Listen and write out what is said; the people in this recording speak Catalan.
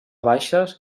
baixes